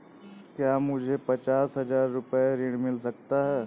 क्या मुझे पचास हजार रूपए ऋण मिल सकता है?